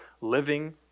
living